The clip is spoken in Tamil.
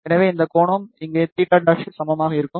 எனவே இந்த கோணம் இங்கே θ' சமமாக இருக்கும்